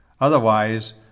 Otherwise